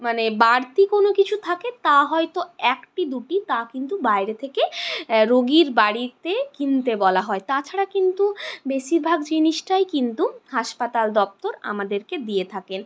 মানে বাড়তি কোনো কিছু থাকে তা হয়তো একটি দুটি তা কিন্তু বাইরে থেকে রুগির বাড়িতে কিনতে বলা হয় তাছাড়া কিন্তু বেশিভাগ জিনিসটাই কিন্তু হাসপাতাল দপ্তর আমাদেরকে দিয়ে থাকেন